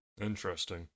Interesting